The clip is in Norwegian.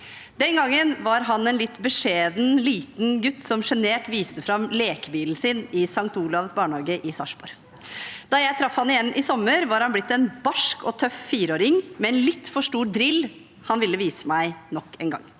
Den gangen var han en litt beskjeden liten gutt som sjenert viste fram lekebilen sin i St. Olavs barnehage i Sarpsborg. Da jeg traff ham igjen i sommer, var han blitt en barsk og tøff fireåring med en litt for stor drill han ville vise meg. Siden jeg